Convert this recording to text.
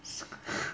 so